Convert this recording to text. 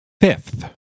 fifth